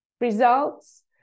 Results